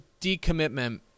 decommitment